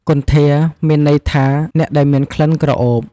គន្ធា មានន័យថាអ្នកដែលមានក្លិនក្រអូប។